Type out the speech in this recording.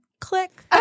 click